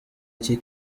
iki